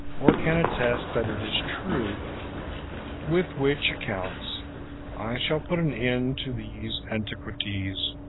or can attest that it is true with which accounts i shall put an end to these antiquities,